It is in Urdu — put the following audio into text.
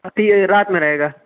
آ یہ رات میں رہے گا